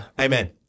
Amen